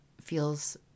feels